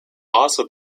also